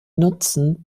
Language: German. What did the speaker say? nutzen